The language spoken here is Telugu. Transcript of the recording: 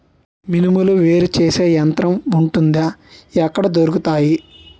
మినుములు వేరు చేసే యంత్రం వుంటుందా? ఎక్కడ దొరుకుతాయి?